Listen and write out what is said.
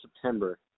September